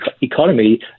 economy